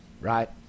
Right